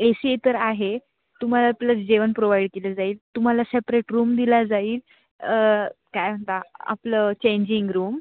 ए C तर आहे तुम्हाला प्लस जेवण प्रोव्हाइड केले जाईल तुम्हाला सेपरेट रूम दिला जाईल काय म्हणता आपलं चेंजिंग रूम